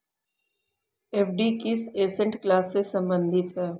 FD किस asset class से संबंधित है?